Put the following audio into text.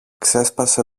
ξέσπασε